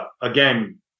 again